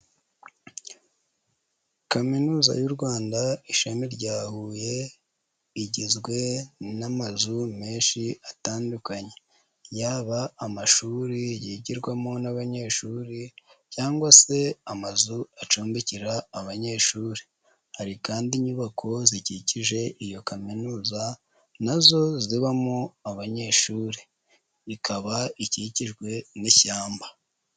Kaminuza y'u Rwanda ishami rya Huye igizwe n'amazu menshi atandukanye, yaba amashuri yigirwamo n'abanyeshuri cyangwa se amazu acumbikira abanyeshuri, hari kandi inyubako zikikije iyo kaminuza na zo zibamo abanyeshuri, ikaba ikikijwe n'ishyamba.